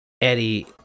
eddie